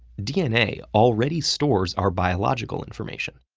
dna already stores our biological information.